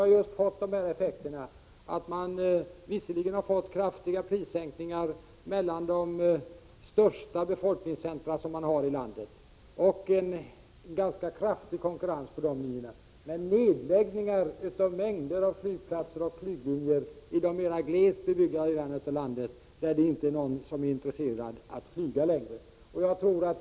Det har fått effekterna att man visserligen har fått kraftiga prissänkningar på linjerna mellan de största befolkningscentra i landet och en ganska kraftig konkurrens på dem, men man har också fått nedläggningar av mängder av flygplatser och flyglinjer i de mer glest bebyggda delarna av landet, som ingen längre än intresserad av att flyga på.